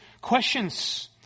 questions